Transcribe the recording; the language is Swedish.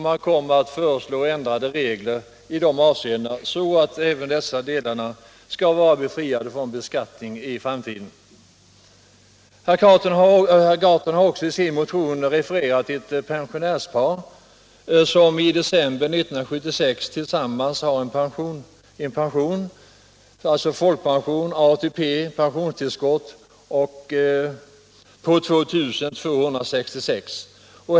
Man kommer att föreslå ändrade regler i dessa avseenden så att även dessa delar skall vara befriade från beskattning i framtiden. Herr Gahrton har också i sin motion refererat ett pensionärspar som i december 1976 tillsammans hade en pension, alltså folkpension, ATP och pensionstillskott, på 2 266 kr.